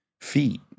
feet